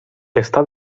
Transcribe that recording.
está